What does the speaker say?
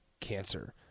Cancer